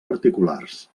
particulars